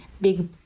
big